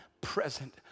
present